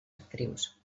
actrius